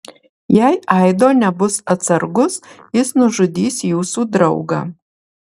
jei aido nebus atsargus jis nužudys jūsų draugą